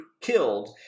killed